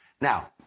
Now